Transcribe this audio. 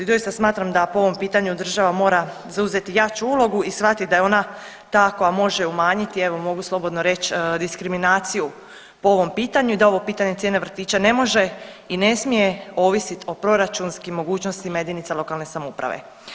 I doista smatram da po ovom pitanju država mora zauzeti jaču ulogu i shvatiti je ona ta koja može umanjiti, evo mogu slobodno reći diskriminaciju po ovom pitanju i da ovo pitanje cijene vrtića ne može i ne smije ovisit o proračunskim mogućnostima jedinica lokalne samouprave.